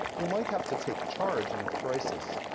who might have to take charge in a crisis,